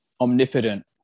Omnipotent